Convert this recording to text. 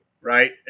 right